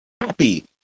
happy